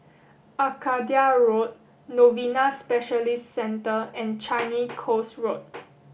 Arcadia Road Novena Specialist Centre and Changi Coast Road